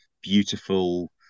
beautiful